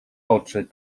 oczy